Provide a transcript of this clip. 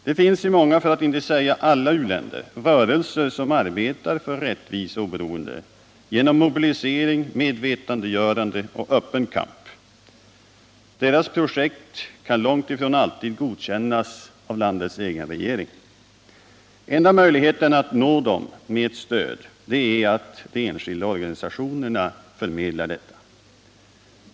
Det finns i många, för att inte säga alla u-länder rörelser som arbetar för rättvisa och oberoende genom mobilisering, medvetandegörande och öppen kamp. Deras projekt kan långt ifrån alltid godkännas av den egna regeringen. Enda möjligheten att nå dessa rörelser med ett stöd är att enskilda organisationer förmedlar detta.